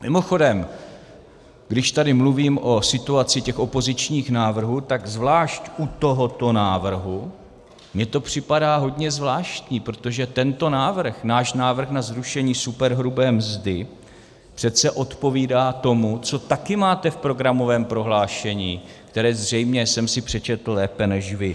Mimochodem, když tady mluvím o situaci těch opozičních návrhů, tak zvlášť u tohoto návrhu mi to připadá hodně zvláštní, protože tento návrh, náš návrh na zrušení superhrubé mzdy, přece odpovídá tomu, co také máte v programovém prohlášení, které zřejmě jsem si přečetl lépe než vy.